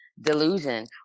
delusion